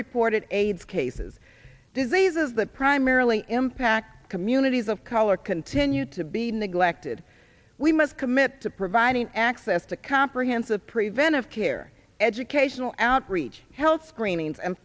reported aids cases diseases that primarily impact communities of color continue to be neglected we must commit to providing access to comprehensive preventive care educational outreach health screenings and